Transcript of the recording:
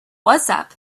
whatsapp